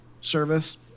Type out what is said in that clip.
service